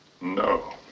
no